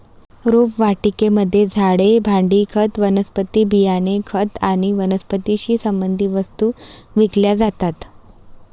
रोपवाटिकेमध्ये झाडे, भांडी, खत, वनस्पती बियाणे, खत आणि वनस्पतीशी संबंधित वस्तू विकल्या जातात